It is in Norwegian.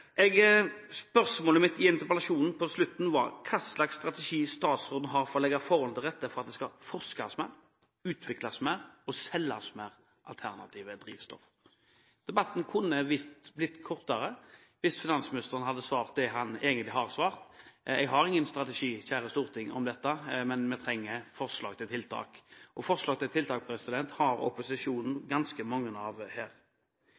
Spørsmålet på slutten av min interpellasjon var: Hvilken strategi har statsråden for å legge forholdene til rette for at det forskes mer, utvikles mer og selges mer alternative drivstoff? Debatten kunne blitt kortere hvis finansministeren hadde svart det han egentlig har svart: Jeg har ingen strategi, kjære storting, for dette, men trenger forslag til tiltak, og forslag til tiltak har opposisjonen ganske mange av her.